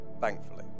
thankfully